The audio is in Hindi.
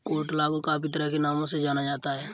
कंटोला को काफी तरह के नामों से जाना जाता है